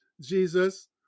Jesus